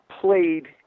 played